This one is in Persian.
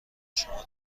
شما